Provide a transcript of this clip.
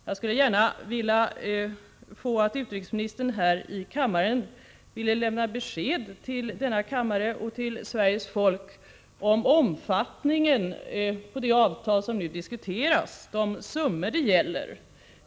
Jag skulle gärna vilja att utrikesministern här lämnade besked till kammaren och till Sveriges folk om omfattningen av det avtal som nu diskuteras — de summor som det gäller.